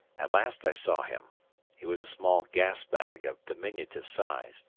at last i saw him he was a small gas-bag of diminutive size,